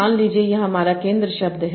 मान लीजिए यह हमारा केंद्र शब्द है